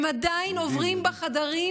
הם עדיין עוברים בחדרים